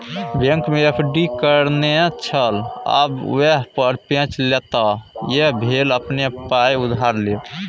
बैंकमे एफ.डी करेने छल आब वैह पर पैंच लेताह यैह भेल अपने पाय उधार लेब